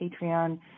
Patreon